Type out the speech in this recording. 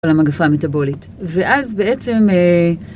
של המגפה המטאבולית, ואז בעצם